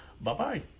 Bye-bye